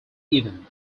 event